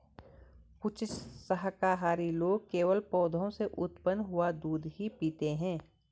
कुछ शाकाहारी लोग केवल पौधों से उत्पन्न हुआ दूध ही पीते हैं